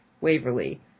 Waverly